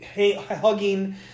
hugging